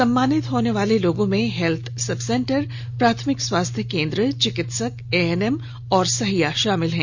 सम्मानित होने वाले लोगों में हेल्थ सब सेंटर प्राथमिक स्वास्थ्य केंद्र चिकित्सक एएनएम और सहिया शामिल हैं